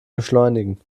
beschleunigen